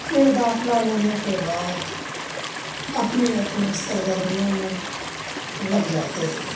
پھر داخلہ لینے کے بعد اپنی اپنی سرگرمیوں میں لگ جاتے ہیں